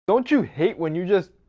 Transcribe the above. don't you hate when you just